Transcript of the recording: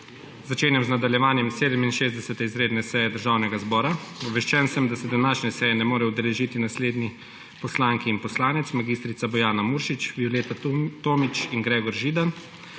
Začenjam nadaljevanje 67. izredne seje Državnega zbora. Obveščen sem, da se današnje seje ne morejo udeležiti naslednje poslanke in poslanec: mag. Bojana Muršič, Violeta Tomić in Gregor Židan.